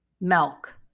milk